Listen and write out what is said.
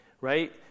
right